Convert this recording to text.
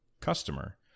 customer